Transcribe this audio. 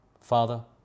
Father